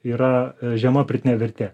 yra žema pridėtinė vertė